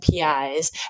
PIs